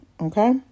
okay